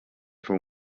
fou